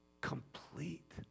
complete